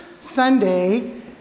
Sunday